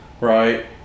right